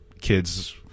kids –